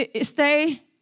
stay